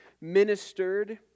ministered